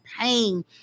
pain